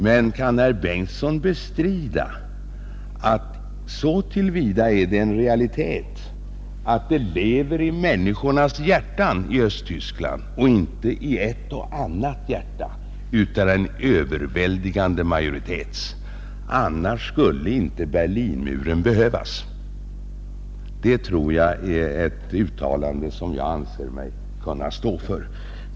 Men kan herr Bengtson bestrida att så till vida är detta en realitet, att hoppet därom lever i människornas hjärtan i Östtyskland — inte i ett och annat hjärta utan i hjärtan hos en överväldigande majoritet? Annars skulle inte Berlinmuren behövas. Det är ett uttalande som jag anser mig kunna stå för.